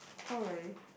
oh really